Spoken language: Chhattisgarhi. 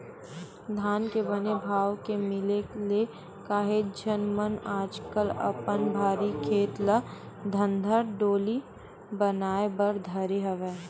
धान के बने भाव के मिले ले काहेच झन मन आजकल अपन भर्री खेत ल धनहा डोली बनाए बर धरे हवय